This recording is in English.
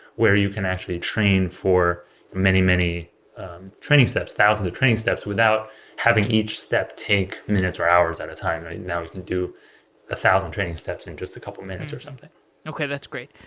where you can actually train for many, many training steps, thousands of training steps without having each step take minutes or hours at a time. now you can do a thousand training steps in just a couple minutes or something okay, that's great.